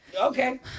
Okay